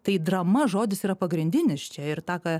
tai drama žodis yra pagrindinis čia ir tą ką